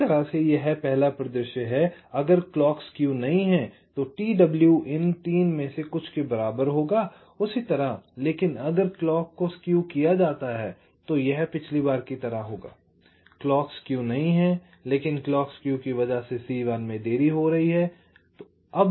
उसी तरह से यह पहला परिदृश्य है अगर क्लॉक स्केव नहीं है तो t w इन 3 में से कुछ के बराबर होगा उसी तरह लेकिन अगर क्लॉक को स्केव किया जाता है तो यह पिछली बार की तरह है क्लॉक स्केव नहीं है लेकिन क्लॉक स्केव की वजह से C1 में देरी हो रही है